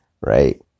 right